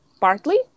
partly